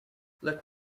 let